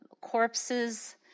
corpses